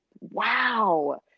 wow